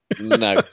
no